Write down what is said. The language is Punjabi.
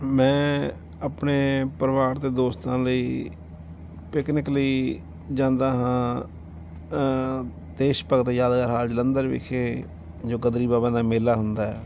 ਮੈਂ ਆਪਣੇ ਪਰਿਵਾਰ ਅਤੇ ਦੋਸਤਾਂ ਲਈ ਪਿਕਨਿਕ ਲਈ ਜਾਂਦਾ ਹਾਂ ਦੇਸ਼ ਭਗਤ ਯਾਦਗਾਰ ਹਾਲ ਜਲੰਧਰ ਵਿਖੇ ਜੋ ਗਦਰੀ ਬਾਬਿਆਂ ਦਾ ਮੇਲਾ ਹੁੰਦਾ ਹੈ